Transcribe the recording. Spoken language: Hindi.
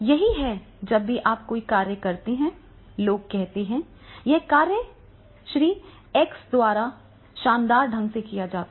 यही है जब भी आप कोई कार्य करते हैं लोग कहते हैं यह कार्य श्री एक्स द्वारा शानदार ढंग से किया जाता है